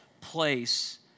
place